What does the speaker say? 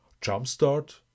Jumpstart